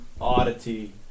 oddity